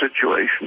situation